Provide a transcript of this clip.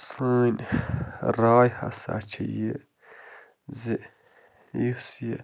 سٲنۍ راے ہسا چھِ یہِ زِ یُس یہِ